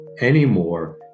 anymore